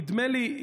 נדמה לי,